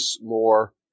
more